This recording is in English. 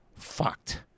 Fucked